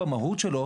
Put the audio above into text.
במהות שלו,